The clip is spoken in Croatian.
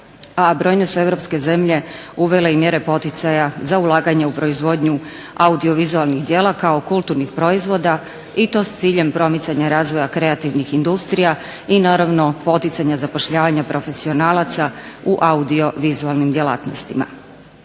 brojne su europske zemlje uvele i mjere poticaja za ulaganje u proizvodnju audiovizualnih djela kao kulturnih proizvoda i to s ciljem promicanja razvoja kreativnih industrija i naravno poticaja zapošljavanja profesionalaca u audiovizualnim djelatnostima.